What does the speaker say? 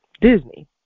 Disney